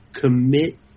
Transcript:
commit